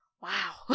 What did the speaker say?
wow